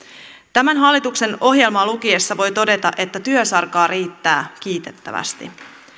tämän hallituksen ohjelmaa lukiessa voi todeta että työsarkaa riittää kiitettävästi